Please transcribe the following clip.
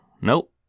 Nope